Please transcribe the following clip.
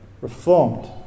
reformed